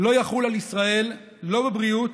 לא יחול על ישראל, לא בבריאות,